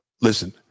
listen